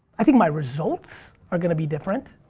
i think my results are gonna be different.